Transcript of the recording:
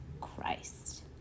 Christ